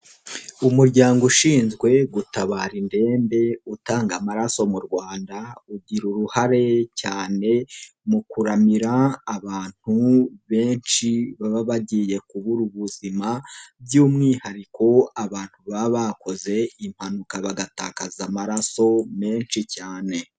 Umuryango ushinzwe gutabara indembe utanga amaraso mu Rwanda ugira uruhare cyane mu kuramira abantu benshi baba bagiye kubura ubuzima by'umwihariko abantu baba bakoze impanuka bagatakaza amaraso menshi cyane.